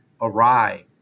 awry